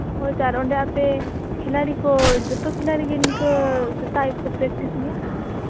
ᱦᱳᱭᱛᱳ ᱟᱨ ᱚᱸᱰᱮ ᱟᱯᱮ ᱠᱷᱤᱞᱟᱲᱤ ᱠᱚ ᱡᱚᱛᱚ ᱠᱷᱤᱞᱟᱲᱤ ᱜᱮ ᱱᱤᱝᱠᱟᱹ ᱥᱮᱛᱟᱜ ᱟᱹᱭᱩᱵᱽ ᱠᱚ ᱯᱮᱠᱴᱤᱥ ᱜᱮᱭᱟ